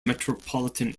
metropolitan